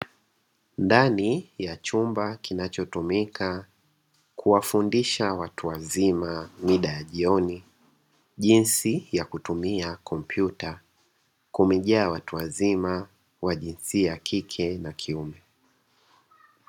Ndani ya chumba kinachotumika kuwafundisha watu wazima mida ya jioni jinsi ya kutumia kompyuta kumejaa watu wazima wa jinsia ya kike na kiume.